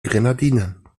grenadinen